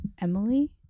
Emily